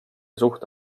suhte